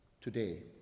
today